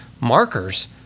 markers